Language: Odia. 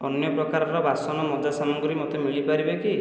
ଅନ୍ୟ ପ୍ରକାରର ବାସନ ମଜା ସାମଗ୍ରୀ ମୋତେ ମିଳିପାରିବେ କି